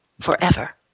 forever